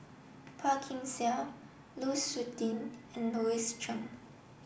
Phua Kin Siang Lu Suitin and Louis Chen